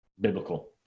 biblical